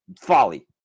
folly